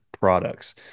products